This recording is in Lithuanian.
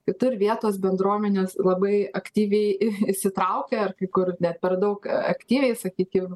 kitur vietos bendruomenės labai aktyviai įsitraukė ar kai kur net per daug aktyviai sakykim